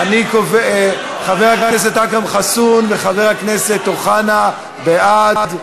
חבר הכנסת אכרם חסון וחבר הכנסת אוחנה, בעד.